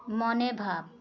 ᱢᱚᱱᱮ ᱵᱷᱟᱵᱽ